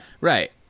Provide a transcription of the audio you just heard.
Right